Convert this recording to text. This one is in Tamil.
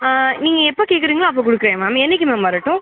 நீங்கள் எப்போ கேட்குறீங்களோ அப்போது கொடுக்கறேன் மேம் என்றைக்கி மேம் வரட்டும்